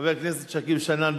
חבר הכנסת שכיב שנאן.